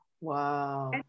Wow